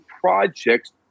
projects